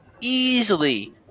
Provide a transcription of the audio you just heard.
easily